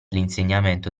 l’insegnamento